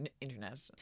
internet